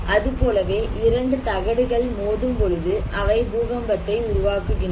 அதுபோலவே இரண்டு தகடுகள் மோதும் பொழுது அவை பூகம்பத்தை உருவாக்குகின்றன